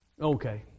Okay